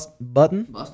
button